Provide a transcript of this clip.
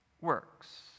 works